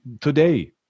today